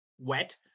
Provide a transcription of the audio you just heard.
wet